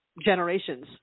generations